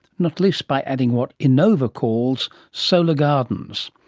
not least by adding what enova calls solar gardens.